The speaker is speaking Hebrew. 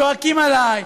צועקים עלי,